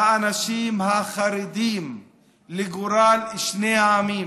האנשים החרדים לגורל שני העמים,